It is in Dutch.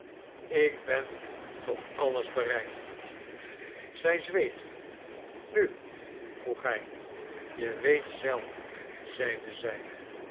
ik ben tot alles bereid zij zweeg nu vroeg hij je weet zelf zeide zij